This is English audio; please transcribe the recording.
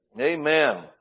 Amen